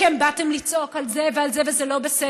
כמה מכם באתם לצעוק על זה, ועל זה, וזה לא בסדר?